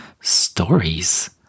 stories